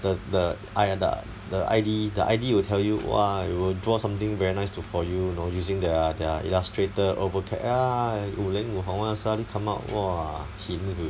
the the !aiya! the I_D the I_D will tell you !wah! he will draw something very nice to~ for you you know using the Illustrator AutoCAD ah wu leng wu hor [one] suddenly come out !wah! hin ki